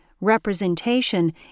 representation